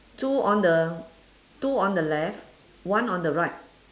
two on the two on the left one on the right